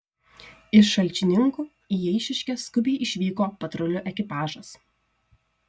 iš šalčininkų į eišiškes skubiai išvyko patrulių ekipažas